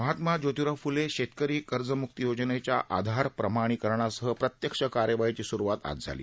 महात्मा जोतिराव फ्ले शेतकरी कर्जम्क्ती योजनेच्या आधार प्रमाणीकरणासह प्रत्यक्ष कार्यवाहीची स्रुवात आज झाली